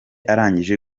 arangije